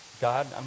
God